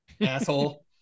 asshole